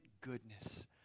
goodness